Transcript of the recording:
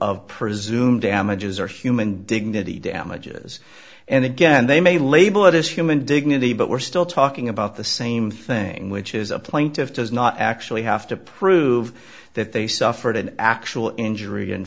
of presumed damages or human dignity damages and again they may label it as human dignity but we're still talking about the same thing which is a plaintiff does not actually have to prove that they suffered an actual injury in